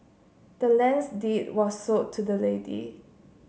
the land's deed was sold to the lady